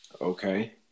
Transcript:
Okay